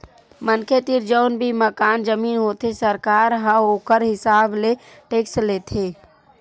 मनखे तीर जउन भी मकान, जमीन होथे सरकार ह ओखर हिसाब ले टेक्स लेथे